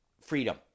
freedom